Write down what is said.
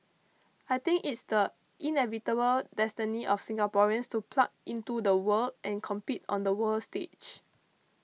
I think it's the inevitable destiny of Singaporeans to plug into the world and compete on the world stage